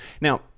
Now